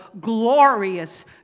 glorious